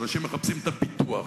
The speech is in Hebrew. שאנשים מחפשים את הביטוח.